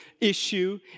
issue